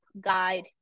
guide